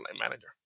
manager